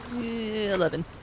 Eleven